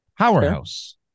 Powerhouse